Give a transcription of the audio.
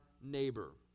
neighbor